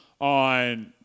on